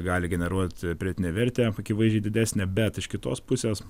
gali generuoti pridėtinę vertę akivaizdžiai didesnę bet iš kitos pusės